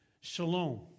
shalom